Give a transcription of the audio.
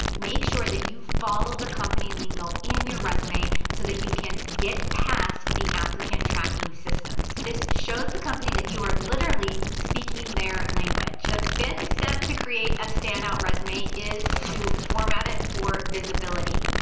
make sure that you follow the company lingo in your resume so that you can get past the applicant tracking systems. this shows the company that you are literally speaking their language. the fifth step to create a stand-out resume is to format it for visibility.